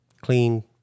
Clean